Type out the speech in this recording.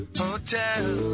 Hotel